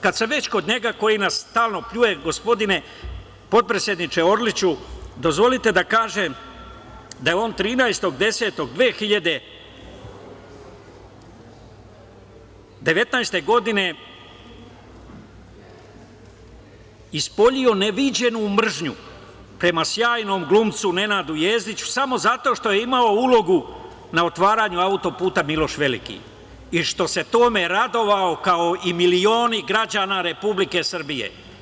Kad sam već kod njega koji nas stalno pljuje, gospodine potpredsedniče Orliću, dozvolite da kažem da je on 13.10.2019. godine ispoljio neviđenu mržnju prema sjajnom glumcu Nenadu Jezdiću samo zato što je imao ulogu na otvaranju auto puta „Miloš veliki“ i što se tome radovao kao i milioni građana Republike Srbije.